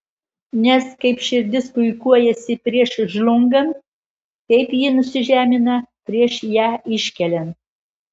nes kaip širdis puikuojasi prieš žlungant taip ji nusižemina prieš ją iškeliant